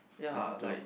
very hard to